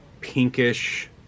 pinkish